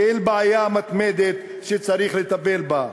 כאל בעיה מתמדת שצריך לטפל בה.